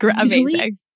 Amazing